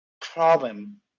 problem